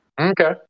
Okay